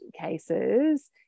cases